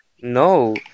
No